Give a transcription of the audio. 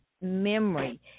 memory